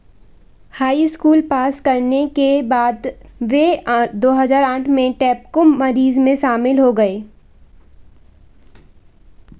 high school pass करने के बाद वे दो हज़ार आठ में में शामिल हो गए